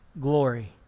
glory